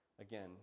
Again